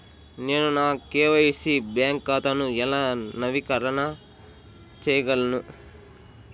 నేను నా KYC bank ఖాతాను ఎలా నవీకరణ చేయగలను?